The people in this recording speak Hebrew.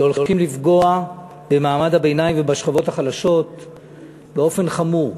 שהולכים לפגוע במעמד הביניים ובשכבות החלשות באופן חמור.